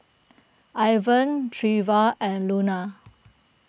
Ivan Trever and Luna